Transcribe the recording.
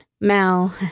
Mal